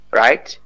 right